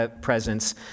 presence